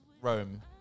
rome